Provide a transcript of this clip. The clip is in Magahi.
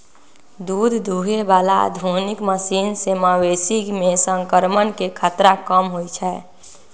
दूध दुहे बला आधुनिक मशीन से मवेशी में संक्रमण के खतरा कम होई छै